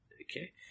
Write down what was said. Okay